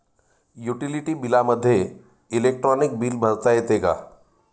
Utility बिलामध्ये electronic bill भरता येते का?